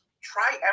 Try